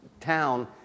town